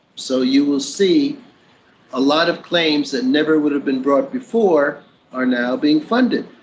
so you will see a lot of claims that never would've been brought before are now being funded.